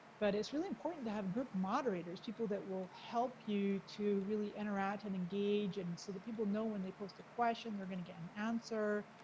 but it's really important to have group moderators. people that will help you to really interact and engage. and so the people know when they post a question, they're gonna get an answer.